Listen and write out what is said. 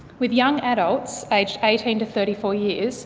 with young adults aged eighteen to thirty four years